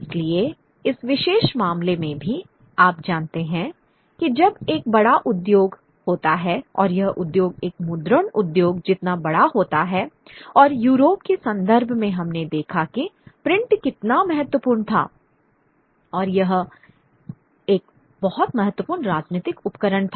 इसलिए इस विशेष मामले में भी आप जानते हैं कि जब एक बड़ा उद्योग होता है और यह उद्योग एक मुद्रण उद्योग जितना बड़ा होता है और यूरोप के संदर्भ में हमने देखा कि प्रिंट कितना महत्वपूर्ण था वह एक बहुत महत्वपूर्ण राजनीतिक उपकरण था